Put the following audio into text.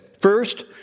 First